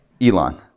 Elon